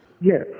Yes